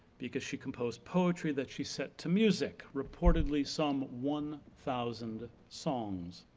because she composed poetry that she set to music, reportedly some one thousand songs.